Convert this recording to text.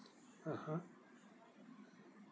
(uh huh)